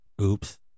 Oops